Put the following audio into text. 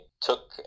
took